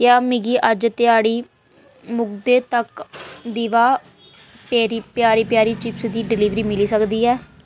क्या मिगी अज्ज ध्याड़ी मुकदे तक्कर दिभा पेरी प्यारी प्यारी चिप्स दी डलीवरी मिली सकदी ऐ